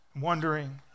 wondering